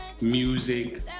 music